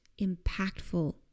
impactful